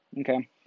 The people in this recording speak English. Okay